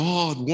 God